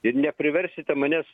ir nepriversite manęs